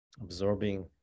Absorbing